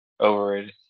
overrated